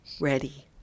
ready